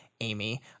Amy